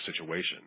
situation